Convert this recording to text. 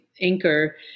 anchor